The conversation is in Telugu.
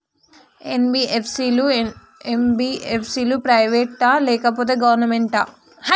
ఎన్.బి.ఎఫ్.సి లు, ఎం.బి.ఎఫ్.సి లు ప్రైవేట్ ఆ లేకపోతే గవర్నమెంటా?